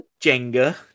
Jenga